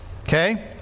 Okay